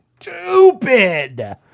stupid